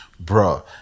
Bro